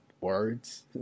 words